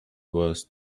was